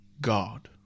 God